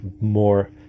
more